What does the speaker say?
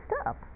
stop